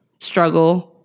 struggle